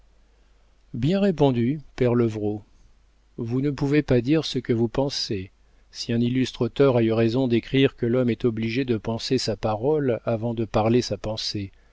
bien répondu père levrault vous ne pouvez pas dire ce que vous pensez si un illustre auteur a eu raison d'écrire que l'homme est obligé de penser sa parole avant de parler sa pensée